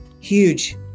Huge